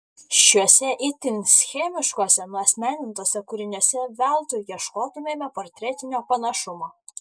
šiuose itin schemiškuose nuasmenintuose kūriniuose veltui ieškotumėme portretinio panašumo